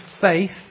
faith